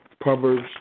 Proverbs